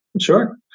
Sure